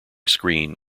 screen